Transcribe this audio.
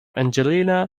angelina